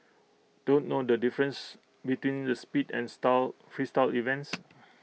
don't know the difference between the speed and style Freestyle events